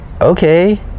okay